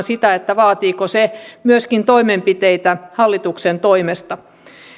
sitä vaatiiko se myöskin toimenpiteitä hallituksen toimesta